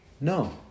No